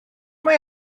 mae